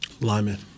Lineman